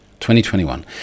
2021